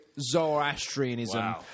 Zoroastrianism